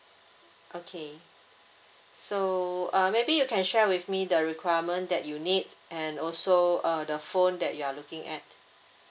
okay so uh maybe you can share with me the requirement that you need and also uh the phone that you are looking at